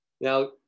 Now